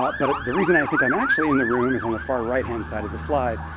but but the reason i think i'm actually in the room is on the far right-hand side of the slide.